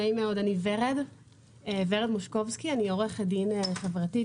אני עורכת דין חברתית,